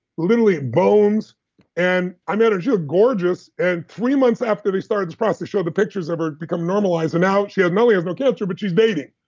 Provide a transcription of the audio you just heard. literally bones and i met her, she gorgeous. and three months after they started the process, they showed the pictures of her become normalized and now, she has no yeah has no cancer, but she's dating.